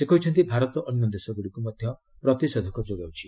ସେ କହିଛନ୍ତି ଭାରତ ଅନ୍ୟ ଦେଶଗୁଡ଼ିକୁ ମଧ୍ୟ ପ୍ରତିଷେଧକ ଯୋଗାଉଛି